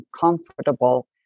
comfortable